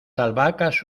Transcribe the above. albahacas